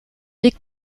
des